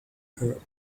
heard